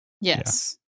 yes